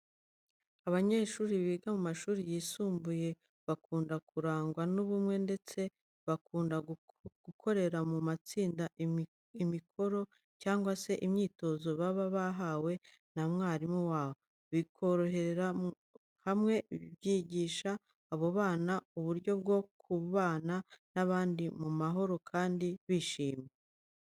Abanyeshuri biga mu mashuri yisumbuye bakunda kurangwa n'ubumwe ndetse bakunda gukorera mu matsinda imikoro cyangwa se imyitozo baba bahawe na mwarimu wabo. Gukorera hamwe byigisha abo bana uburyo bwo kubana n'abandi mu mahoro kandi bishimye.